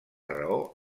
raó